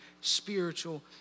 spiritual